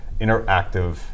interactive